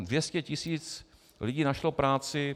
Dvě stě tisíc lidí našlo práci.